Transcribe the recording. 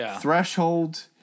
threshold